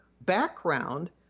background